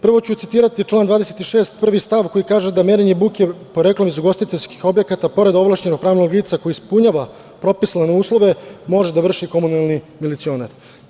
Prvo ću citirati član 26. prvi stav, koji kaže da merenje buke poreklom iz ugostiteljskih objekata pored ovlašćenog pravnog lica koje ispunjava propisane uslove može da vrši komunalni milicionar.